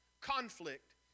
Conflict